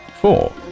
Four